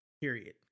period